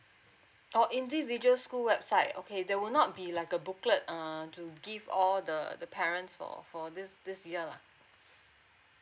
orh individual school website okay there will not be like a booklet err to give all the the parents for for this this year ah